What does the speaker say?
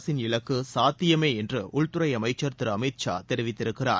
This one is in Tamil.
அரசின் இலக்கு சாத்தியமே என்று உள்துறை அமைச்ச் திரு அமித் ஷா தெரிவித்திருக்கிறார்